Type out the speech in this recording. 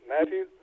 Matthew